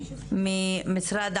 סכנות, בגלל האיומים המתמשכים.